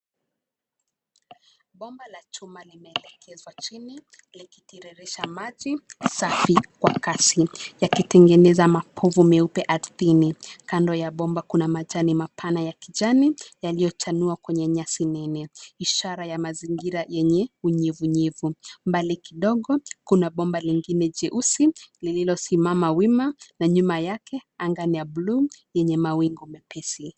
Bomba la chuma limeelekezwa chini likitiririsha maji safi kwa kasi yakitengeneza makovo meupe ardhini. Kando ya bomba kuna majani mapana ya kijani . yaliyo tanua kwenye nyasi, Ishara ya mzingira yenye unyevu nyevu. Mbali kidogo kuna bomba lingine jeusi, lililo simama wima na nyuma yake ,anga ni ya bluu yenye mawingu mepesi